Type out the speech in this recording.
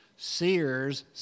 Sears